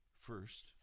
first